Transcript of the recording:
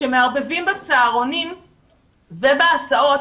כשמערבבים בצהרונים ובהסעות